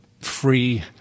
free